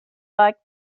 like